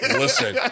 listen